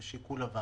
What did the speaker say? זה לשיקול הוועדה.